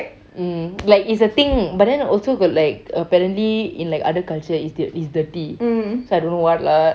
mmhmm like it's like a thing but then also got like apparently in like other cultures is dir~ dirty so I don't know what lah